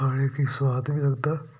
खाने गी स्वाद बी लगदा